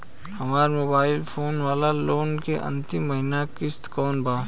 हमार mobile phone वाला loan के अंतिम महिना किश्त कौन बा?